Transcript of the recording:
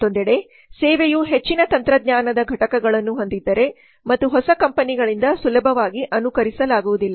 ಮತ್ತೊಂದೆಡೆ ಸೇವೆಯು ಹೆಚ್ಚಿನ ತಂತ್ರಜ್ಞಾನದ ಘಟಕಗಳನ್ನು ಹೊಂದಿದ್ದರೆ ಮತ್ತು ಹೊಸ ಕಂಪನಿಗಳಿಂದ ಸುಲಭವಾಗಿ ಅನುಕರಿಸಲಾಗುವುದಿಲ್ಲ